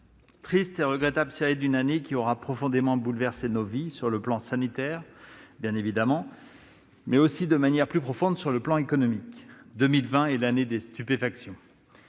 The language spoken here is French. triste et regrettable série d'une année qui aura profondément bouleversé nos vies sur le plan sanitaire, évidemment, mais aussi, de manière plus profonde, sur le plan économique. L'année 2020 est l'année des stupéfactions.